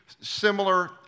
Similar